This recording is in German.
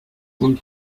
und